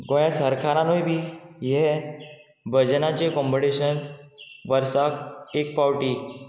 गोंया सरकारानूय बी हे भजनाचें कॉम्पिटिशन वर्साक एक पावटी